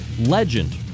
legend